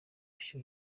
bushya